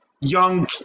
young